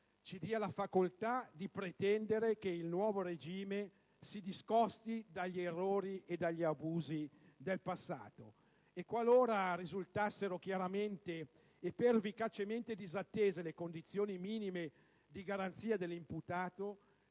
ci dia la facoltà di pretendere che il nuovo regime si discosti dagli errori e abusi del passato. Qualora risultassero chiaramente e pervicacemente disattese le condizioni minime di garanzia dell'imputato,